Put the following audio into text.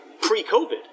pre-COVID